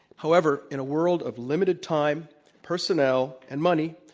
however, in a world of limited time, personnel, and money,